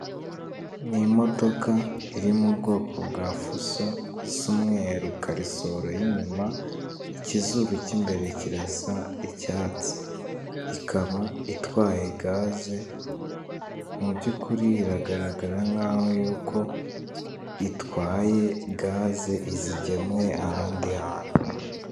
Ni imodoka iri mu bwoko bwa fuso is umweru karisoro y'inyuma, ikizuru cy'imbere kirasa icyatsi, ikaba itwaye gaze, mubyukuri iragaragara nk'aho yuko itwaye gaze, izigemuye ahandi hantu.